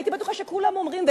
הייתי בטוחה שכולם אומרים.